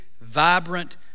vibrant